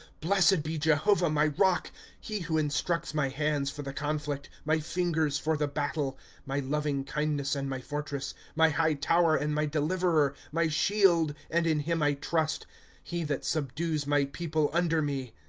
blessed be jehovah, my rock he who instructs my hands for the conflict, my fingers for the battle my loving-kindness and my fortress, my high tower, and my deliverer, my shield, and in him i trust he that subdues my people under me.